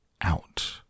out